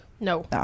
No